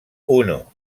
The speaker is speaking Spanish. uno